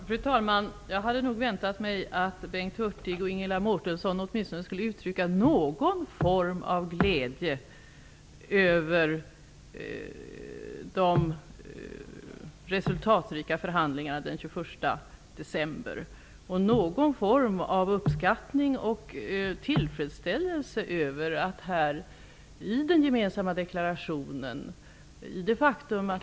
Fru talman! Jag hade väntat mig att Bengt Hurtig och Ingela Mårtensson skulle uttrycka åtminstone någon form av glädje över de resultatrika förhandlingarna den 21 december, och någon form av uppskattning och tillfredsställelse över den gemensamma deklarationen.